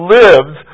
lives